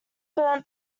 burnt